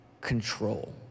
control